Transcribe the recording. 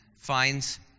finds